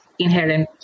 Inherent